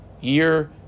year